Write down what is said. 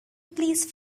please